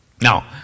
Now